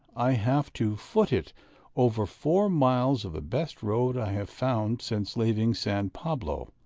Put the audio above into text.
i have to foot it over four miles of the best road i have found since leaving san pablo,